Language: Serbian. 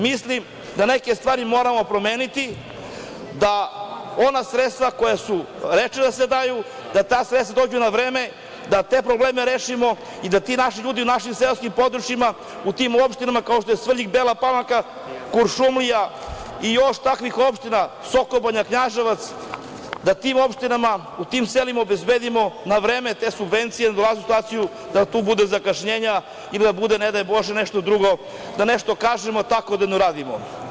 Mislim da neke stvari moramo promeniti, da ona sredstva koja su rečena da se daju, da ta sredstva dođu na vreme, da te probleme rešimo i da ti naši ljudi u našim seoskim područjima, u tim opštinama, kao što je Svrljig, Bela Palanka, Kuršumlija i još takvih opština Sokobanja, Knjaževac, da tim opštinama, u tim selima obezbedimo na vreme te subvencije, da ne dolazi u situaciju, da tu bude zakašnjenja ili da bude ne daj bože nešto drugo, da nešto kažemo, a tako da ne uradimo.